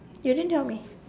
you didn't tell me